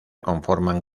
conforman